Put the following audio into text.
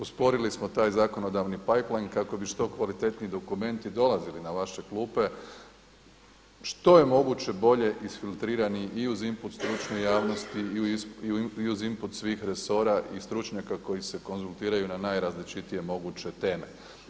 Osporili smo taj zakonodavni … kako bi što kvalitetniji dokumenti dolazili na vaše klupe što je moguće isfiltrirani i uz input stručne javnosti i uz input svih resora i stručnjaka koji se konzultiraju na najrazličitije moguće teme.